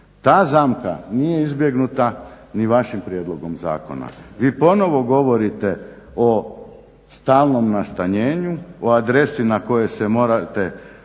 Ta zamka nije izbjegnuta ni vašim prijedlogom zakona. Vi ponovno govorite o stalnom nastanjenju, a adresi na kojoj se morate nalaziti